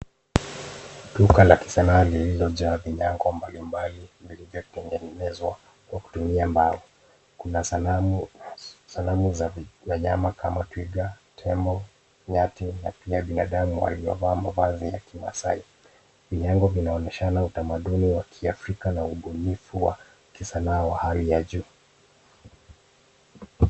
Duka la kisanaa lililojaa vinyago mbalimbali vilivyotengenezwa kwa kutumia mbao. Kuna sanamu za wanyama kama twiga, tembo, nyati na pia binadamu waliovaa mavazi ya kimasai. Vinyago vinaonyeshana utamaduni wa kiafrika na ubunifu wa kisanaa wa hali ya juu.